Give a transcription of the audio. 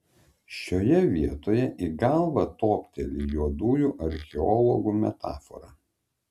šioje vietoje į galvą topteli juodųjų archeologų metafora